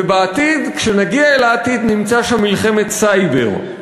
ובעתיד, כשנגיע אל העתיד, נמצא שם מלחמת סייבר.